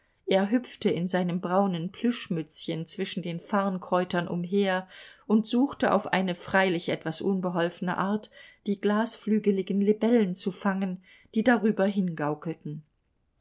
er hüpfte in seinem braunen plüschmützchen zwischen den farnkräutern umher und suchte auf eine freilich etwas unbeholfene art die glasflügligen libellen zu fangen die darüber